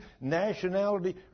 nationality